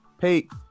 Pete